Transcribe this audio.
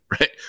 right